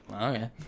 okay